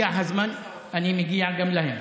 אבל גם הממשלה החדשה, אני מגיע גם אליכם.